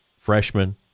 freshman